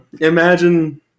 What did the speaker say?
imagine